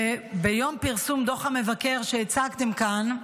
וביום פרסום דוח המבקר שהצגתם כאן,